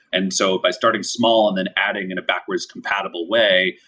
and so by starting small and then adding in a backwards compatible way,